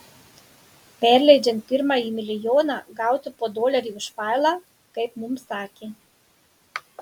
perleidžiant pirmąjį milijoną gauti po dolerį už failą kaip mums sakė